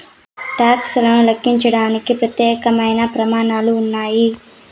talks లను లెక్కించడానికి ప్రత్యేకమైన ప్రమాణాలు ఉన్నాయి